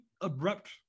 abrupt